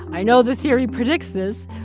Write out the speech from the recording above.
i know the theory predicts this,